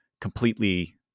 completely